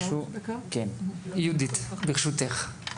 יהודית ברשותך.